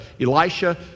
Elisha